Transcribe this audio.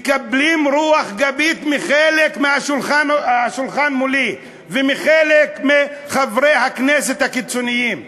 מקבלים רוח גבית מחלק מהשולחן שמולי ומחלק מחברי הכנסת הקיצוניים.